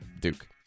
Duke